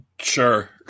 Sure